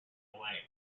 away